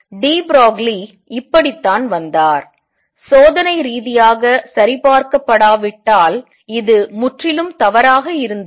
D Broglie இப்படித்தான் வந்தார் சோதனை ரீதியாக சரிபார்க்கப்படாவிட்டால் இது முற்றிலும் தவறாக இருந்திருக்கும்